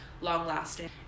long-lasting